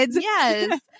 Yes